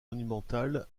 monumental